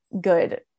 good